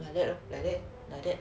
and like that like that